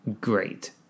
great